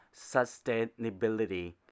sustainability